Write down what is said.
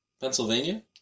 Pennsylvania